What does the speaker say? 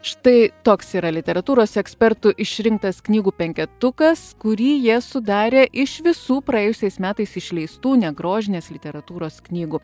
štai toks yra literatūros ekspertų išrinktas knygų penketukas kurį jie sudarė iš visų praėjusiais metais išleistų negrožinės literatūros knygų